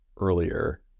earlier